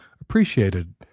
appreciated